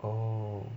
orh